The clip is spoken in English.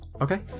Okay